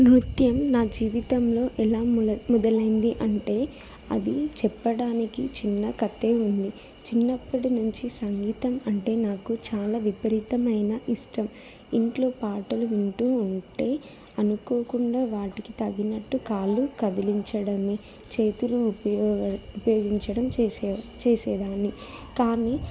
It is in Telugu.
నృత్యం నా జీవితంలో ఎలా ముల మొదలైంది అంటే అది చెప్పడానికి చిన్న కథే ఉంది చిన్నప్పటినుంచి సంగీతం అంటే నాకు చాలా విపరీతమైన ఇష్టం ఇంట్లో పాటలు వింటూ ఉంటే అనుకోకుండా వాటికి తగినట్టు కాళ్ళు కదిలించడం చేతులు ఉపయోగ ఉపయోగించడం చేసే చేసేదాన్ని కానీ